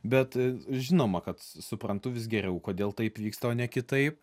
bet žinoma kad suprantu vis geriau kodėl taip vyksta o ne kitaip